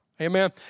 Amen